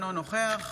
אינו נוכח